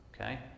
Okay